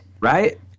right